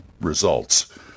results